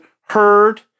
heard